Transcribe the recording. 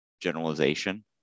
generalization